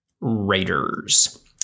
Raiders